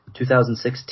2016